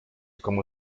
como